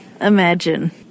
imagine